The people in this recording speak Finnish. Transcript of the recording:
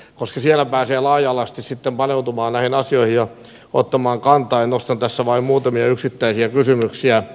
koska siellä pääsee laaja alaisesti sitten paneutumaan näihin asioihin ja ottamaan kantaa nostan tässä vain muutamia yksittäisiä kysymyksiä